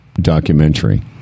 documentary